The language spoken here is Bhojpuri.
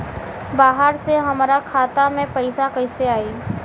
बाहर से हमरा खाता में पैसा कैसे आई?